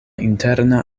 interna